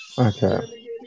Okay